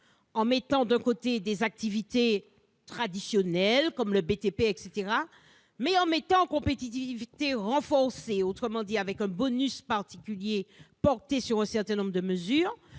en mettant, d'un côté, des activités traditionnelles, comme le BTP, mais avec un dispositif de compétitivité renforcée, autrement dit avec un bonus particulier porté sur un certain nombre de mesures,